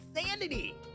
insanity